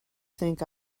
think